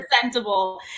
presentable